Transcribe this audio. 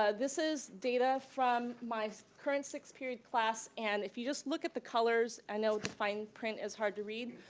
ah this is data from my current sixth period class and if you just look at the colors, i know the fine print is hard to read,